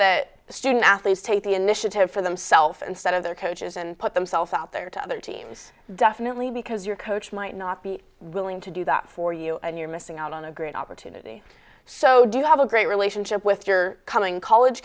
the student athletes take the initiative for themself instead of their coaches and put themselves out there to other teams definitely because your coach might not be willing to do that for you and you're missing out on a great opportunity so do you have a great relationship with your coming college